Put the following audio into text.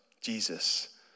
jesus